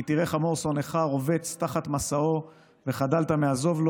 "כי תראה חמור שנאך רבץ תחת משאו וחדלת מעזב לו,